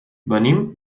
venim